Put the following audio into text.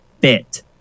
bit